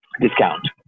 discount